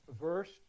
verse